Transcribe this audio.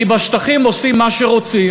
כי בשטחים עושים מה שרוצים.